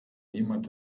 niemand